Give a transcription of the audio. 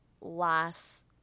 last